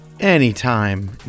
anytime